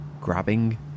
grabbing